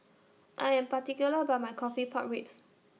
I Am particular about My Coffee Pork Ribs